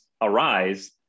arise